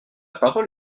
parole